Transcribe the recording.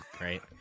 right